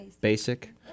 basic